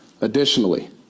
Additionally